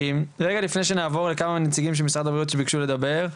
רגע לפני שנעבור לכמה נציגים של משרד הבריאות שביקשו לדבר,